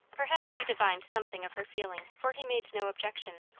perhaps he divined something of her feeling, for he made no objection,